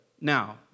now